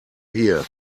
hear